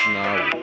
ನಾವು